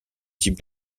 types